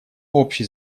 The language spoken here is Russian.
общий